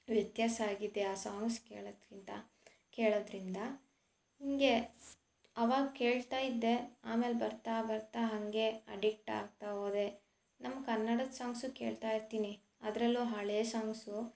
ವ್ಯತ್ಯಾಸ ಆಗಿದೆ ಆ ಸಾಂಗ್ಸ್ ಕೇಳೋಕ್ಕಿಂತ ಕೇಳೋದರಿಂದ ಹೀಗೆ ಆವಾಗ ಕೇಳ್ತಾ ಇದ್ದೆ ಆಮೇಲೆ ಬರ್ತಾ ಬರ್ತಾ ಹಾಗೆ ಅಡಿಕ್ಟ್ ಆಗ್ತಾ ಹೋದೆ ನಮ್ಮ ಕನ್ನಡದ ಸಾಂಗ್ಸು ಕೇಳ್ತಾ ಇರ್ತೀನಿ ಅದರಲ್ಲು ಹಳೆಯ ಸಾಂಗ್ಸು